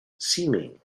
seeming